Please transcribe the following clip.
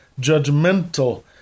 judgmental